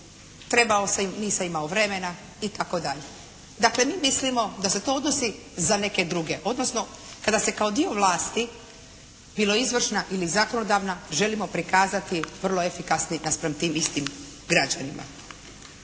trebao sam, nisam imao vremena itd. Dakle, mi mislimo da se to odnosi za neke druge, odnosno kada se kao dio vlasti bila izvršna ili zakonodavna želimo prikazati vrlo efikasni naspram tim istim građanima.